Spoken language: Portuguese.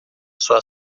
sua